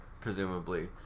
presumably